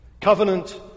Covenant